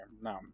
No